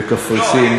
בקפריסין,